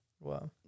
Wow